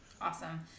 Awesome